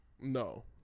No